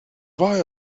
why